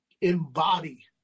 embody